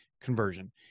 conversion